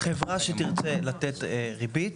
חברה שתרצה לתת ריבית